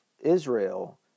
Israel